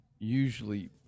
usually